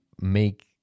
make